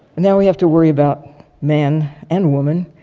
and sow we have to worry about man and woman